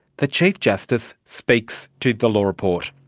the chief justice speaks to the law report.